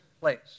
place